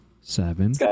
seven